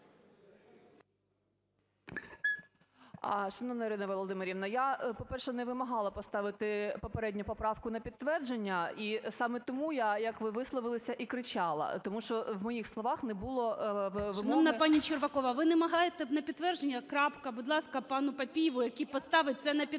Шановна Ірина Володимирівна, я, по-перше, не вимагала поставити попередню поправку на підтвердження. І саме тому я, як ви висловилися, і кричала. Тому що в моїх словах не було вимоги… ГОЛОВУЮЧИЙ. Шановна паніЧервакова, ви не вимагаєте на підтвердження – крапка. Будь ласка, пану Папієву, який поставить це на підтвердження.